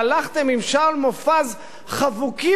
בהם עם שאול מופז חבוקים לעבר השקיעה: